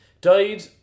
Died